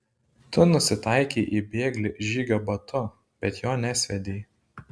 tu nusitaikei į bėglį žygio batu bet jo nebesviedei